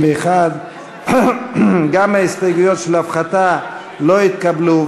61. גם ההסתייגויות של הפחתה לא נתקבלו.